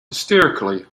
hysterically